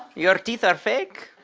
your teeth are fake.